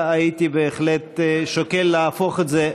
הייתי בהחלט שוקל להפוך את זה,